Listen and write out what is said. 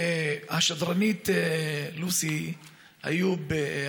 השדרנית לוסי איוב,